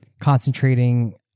concentrating